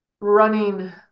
running